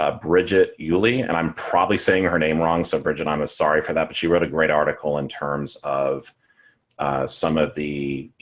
ah brigitte yullie and i'm probably saying her name wrong so brigitte, i'm sorry for that. but she wrote a great article in terms of some of the,